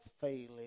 failing